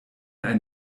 ein